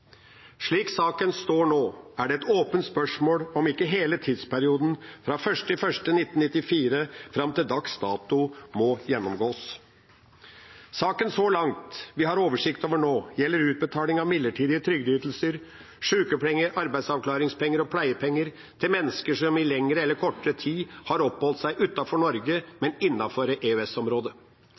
Slik saken står nå, er det et åpent spørsmål om ikke hele tidsperioden fra 1. januar 1994 fram til dags dato må gjennomgås. Så langt vi har oversikt nå, gjelder saken utbetaling av midlertidige trygdeytelser – sjukepenger, arbeidsavklaringspenger og pleiepenger – til mennesker som i lengre eller kortere tid har oppholdt seg utenfor Norge, men